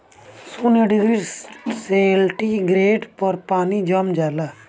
शून्य degree centigrade पर पानी जम जाला